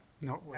No